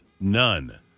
None